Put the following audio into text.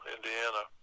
Indiana